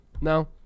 no